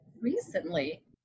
recently